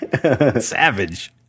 Savage